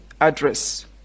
address